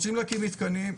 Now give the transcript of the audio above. רוצים להקים מתקנים,